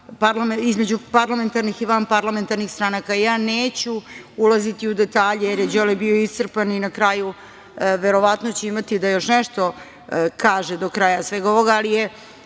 između parlamentarnih i vanparlamentarnih stranaka. Ja neću ulaziti u detalje jer je Đorđe bio iscrpan i na kraju verovatno će imati da još nešto kaže do kraja svega ovoga, ali je